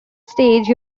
stage